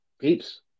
Peeps